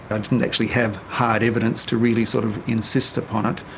i didn't actually have hard evidence to really sort of insist upon it,